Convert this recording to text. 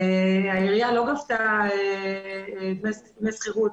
העירייה לא גבתה דמי שכירות